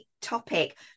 topic